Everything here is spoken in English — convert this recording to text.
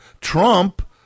Trump